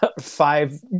five